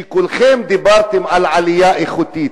כשכולכם דיברתם על עלייה איכותית.